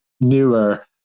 newer